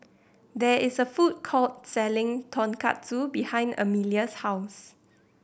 there is a food court selling Tonkatsu behind Emelia's house